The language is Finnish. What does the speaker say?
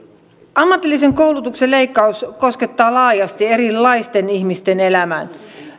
ammatillisen koulutuksen leikkaus koskettaa laajasti erilaisten ihmisten elämää